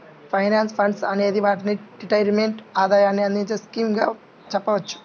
pension funds అనే వాటిని retirement ఆదాయాన్ని అందించే స్కీమ్స్ గా చెప్పవచ్చు